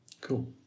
Cool